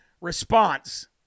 response